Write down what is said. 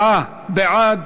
34 בעד,